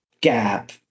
gap